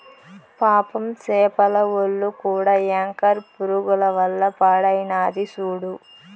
పాపం సేపల ఒల్లు కూడా యాంకర్ పురుగుల వల్ల పాడైనాది సూడు